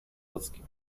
ludzkim